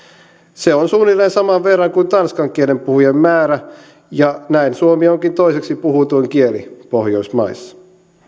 se on suunnilleen saman verran kuin tanskan kielen puhujien määrä ja näin suomi onkin toiseksi puhutuin kieli pohjoismaissa